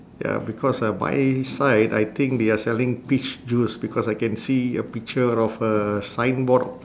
ya because uh my side I think they are selling peach juice because I can see a picture of a signboard